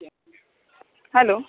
hello